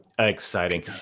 Exciting